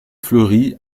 fleury